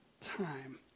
time